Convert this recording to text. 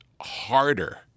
harder